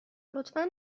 لطفا